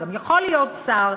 וגם יכול להיות שר,